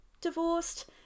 divorced